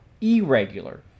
irregular